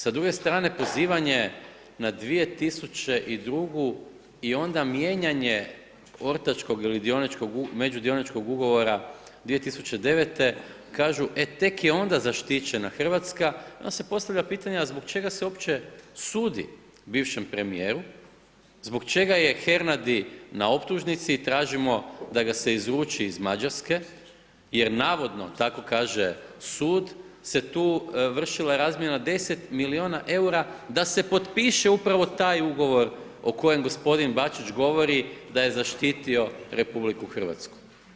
Sa druge strane, pozivanje na 2002. i onda mijenjanje ortačkog ili međudioničkog ugovora 2009. kažu, e, tek onda je zaštićena RH, onda se postavlja pitanje, a zbog čega se uopće sudi bivšem premijeru, zbog čega je Hernadi na optužnici i tražimo da ga se izruči iz Mađarske jer navodno, tako kaže sud, se tu vršila razmjena 10 milijuna EUR-a da se potpiše upravo taj ugovor o kojem g. Bačić govori da je zaštitio RH.